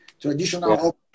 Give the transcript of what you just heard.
traditional